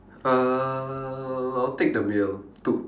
uh I'll take the middle two